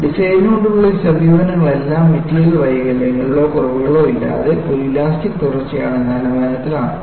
ഡിസൈനിനോടുള്ള ഈ സമീപനങ്ങളെല്ലാം മെറ്റീരിയൽ വൈകല്യങ്ങളോ കുറവുകളോ ഇല്ലാതെ ഒരു ഇലാസ്റ്റിക് തുടർച്ചയാണ് എന്ന അനുമാനത്തിൽ ആണ്